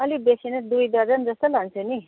अलिक बेसी नै दुई दर्जन जस्तो लान्छु नि